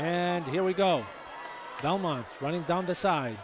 and here we go running down the side